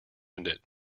mentioned